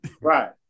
Right